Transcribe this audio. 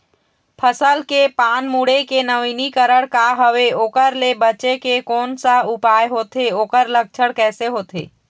फसल के पान मुड़े के नवीनीकरण का हवे ओकर ले बचे के कोन सा उपाय होथे ओकर लक्षण कैसे होथे?